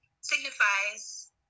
signifies